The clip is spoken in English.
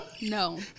No